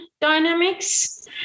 dynamics